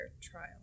trial